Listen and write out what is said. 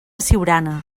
siurana